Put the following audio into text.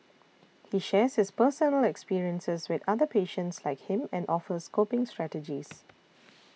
he shares his personal experiences with other patients like him and offers coping strategies